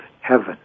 heaven